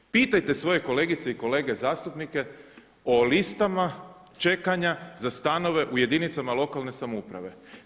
Pitajte svoje kolegice i kolege zastupnike o listama čekanja za stanove u jedinicama lokalne samouprave.